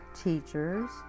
teachers